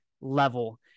level